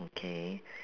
okay